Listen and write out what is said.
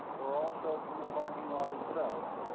or also from the parking lot itself.